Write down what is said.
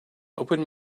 open